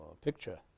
picture